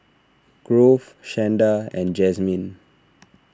Grove Shanda and Jasmyne